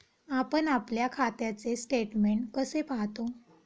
आपण आपल्या खात्याचे स्टेटमेंट कसे पाहतो?